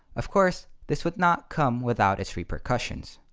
of course this would not come without its repercussions.